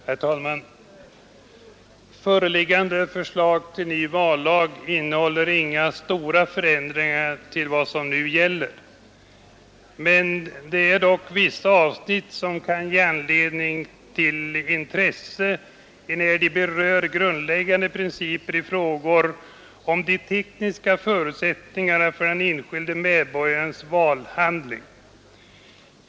Herr talman! Föreliggande förslag till ny vallag innehåller inga stora förändringar jämfört med vad som nu gäller, men vissa avsnitt kan dock vara av intresse enär de berör grundläggande principer i frågor rörande de tekniska förutsättningarna för den enskilde medborgarens valhandling.